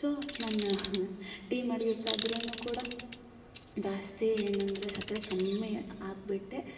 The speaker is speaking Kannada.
ಸೊ ನಾನು ಟೀ ಮಾಡಬೇಕಾದ್ರುನೂ ಕೂಡ ಜಾಸ್ತಿ ಏನಂದ್ರೆ ಸಕ್ಕರೆ ಕಮ್ಮಿ ಹಾಕ್ಬಿಟ್ಟೆ